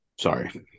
Sorry